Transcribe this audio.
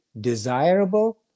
desirable